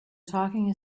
talking